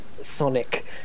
sonic